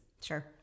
Sure